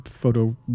photo